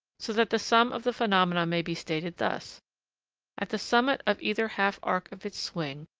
so that the sum of the phenomena may be stated thus at the summit of either half-arc of its swing,